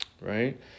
Right